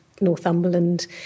Northumberland